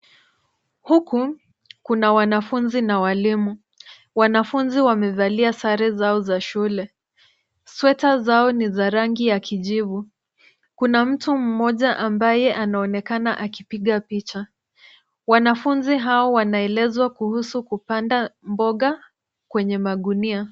Huku kuna wanafunzi na walimu. Wanafunzi wamevalia sare zao za shule. Sweta zao ni za rangi ya kijivu. Kuna mtu mmoja ambaye anaonekana akipiga picha. Wanafunzi hao wanaelezwa kuhusu kupanda mboga kwenye magunia.